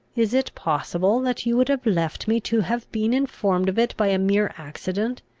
is it possible, that you would have left me to have been informed of it by a mere accident,